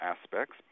aspects